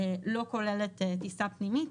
לא כוללת טיסה פנימית.